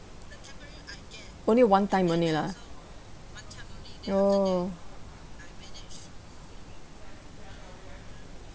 only one time only lah oh